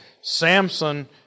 Samson